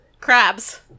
Crabs